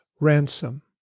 Ransom